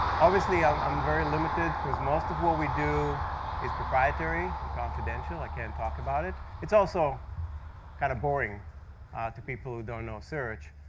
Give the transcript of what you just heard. obviously, i'm very limited, because most of what we do is proprietary and confidential. i can't talk about it. it's also kind of boring to people who don't know search.